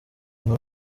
nka